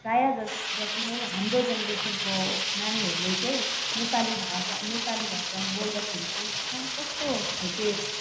प्रायः जति नै हाम्रो जेनेरेसनको नानीहरूले चाहिँ नेपाली भाषा नेपाली भाषामा बोल्दाखेरि चाहिँ छ्या कस्तो खालको